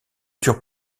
dure